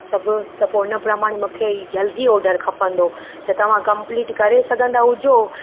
सभु त पोइ हिन प्रमाणे मूंखे इहो जल्दी इहो ऑडर खपंदो त तव्हां कंप्लीट करे सघंदा हुजो